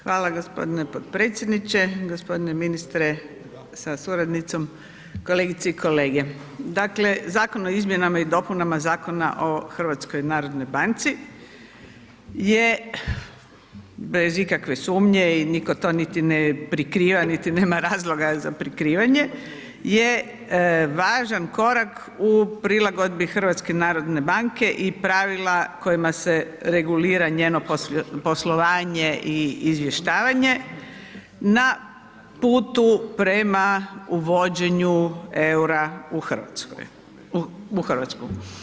Hvala g. potpredsjedniče, g. ministre sa suradnicom, kolegice i kolege, dakle Zakon o izmjenama i dopunama Zakona o HNB-u je bez ikakve sumnje i niko to niti ne prikriva, niti nema razloga za prikrivanje je važan korak u prilagodbi HNB-a i pravila kojima se regulira njeno poslovanje i izvještavanje na putu prema uvođenju EUR-a u RH.